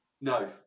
No